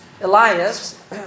Elias